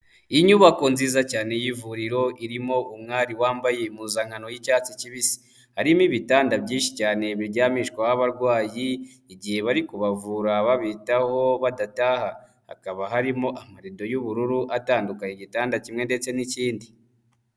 Iyi nyubako nziza cyane y'ivuriro, irimo umwari wambaye impuzankano y'icyatsi kibisi, harimo ibitanda byinshi cyane biryamishwaho abarwayi igihe bari kubavura babitaho badataha, hakaba harimo amarido y'ubururu atandukanye, igitanda kimwe ndetse n'ikindi.